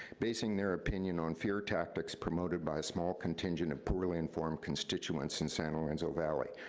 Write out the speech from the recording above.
basing their opinion on fear tactics promoted by small contingent and poorly informed constituents in san lorenzo valley.